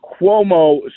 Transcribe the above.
Cuomo